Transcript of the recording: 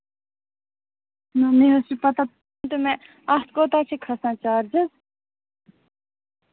نہَ مےٚ حظ چھِ پَتاہ تہٕ مےٚ اتھ کوتاہ چھِ کھسان چارجِز